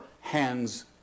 hands